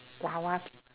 wawa pic~